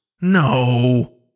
No